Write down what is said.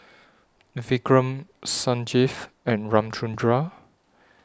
Vikram Sanjeev and Ramchundra